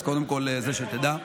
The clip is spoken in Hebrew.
אז קודם כול, את זה שתדע.